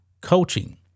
coaching